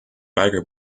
biker